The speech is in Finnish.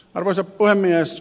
arvoisa puhemies